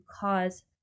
cause